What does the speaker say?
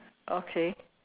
okay